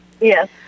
Yes